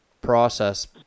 process